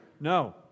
No